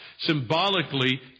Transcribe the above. symbolically